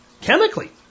chemically